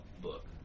book